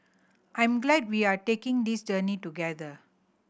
I'm glad we are taking this journey together